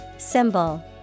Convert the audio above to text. Symbol